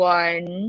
one